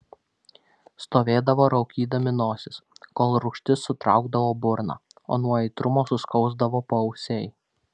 stovėdavo raukydami nosis kol rūgštis sutraukdavo burną o nuo aitrumo suskausdavo paausiai